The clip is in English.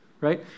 right